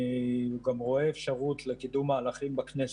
אני גם רואה אפשרות לקידום מהלכים בכנסת.